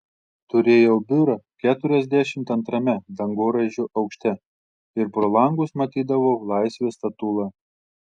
turėjau biurą keturiasdešimt antrame dangoraižio aukšte ir pro langus matydavau laisvės statulą